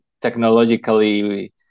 technologically